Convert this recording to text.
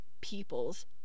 people's